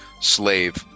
slave